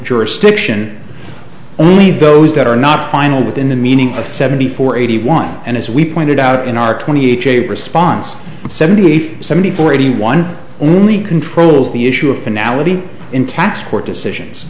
jurisdiction only those that are not final within the meaning of seventy four eighty one and as we pointed out in our twentieth response seventy eight seventy four eighty one only controls the issue of finale in tax court decisions